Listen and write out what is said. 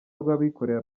rw’abikorera